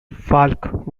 falk